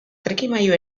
trikimailu